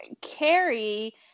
Carrie